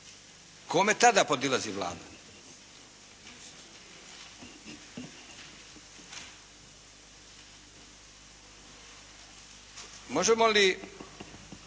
Kome tada podilazi Vlada? Možemo li